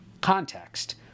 context